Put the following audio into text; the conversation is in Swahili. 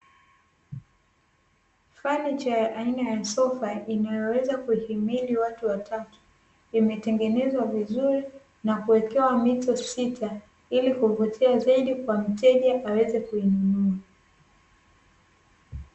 Fanicha aina ya sofa inayoweza kuhimiri watu watatu, imetengenezwa vizuri na kuwekewa mito sita ili kuivutia zaidi kwa mteja aweze kuinunua.